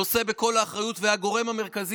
הוא נושא בכל האחריות והגורם המרכזי